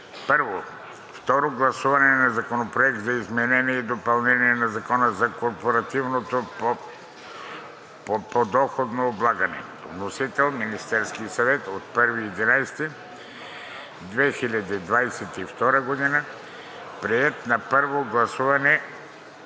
„1. Второ гласуване на Законопроекта за изменение и допълнение на Закона за корпоративното подоходно облагане. Вносител е Министерският съвет на 1 ноември 2022 г. Приет на първо гласуване